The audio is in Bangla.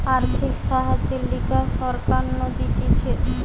আর্থিক সাহায্যের লিগে সরকার নু দিতেছে